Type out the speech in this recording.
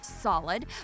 Solid